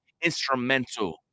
instrumental